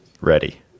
ready